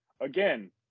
Again